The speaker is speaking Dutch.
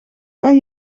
kan